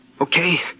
Okay